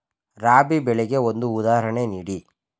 ರಾಬಿ ಬೆಳೆಗೆ ಒಂದು ಉದಾಹರಣೆ ನೀಡಿ